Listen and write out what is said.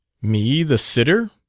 me, the sitter?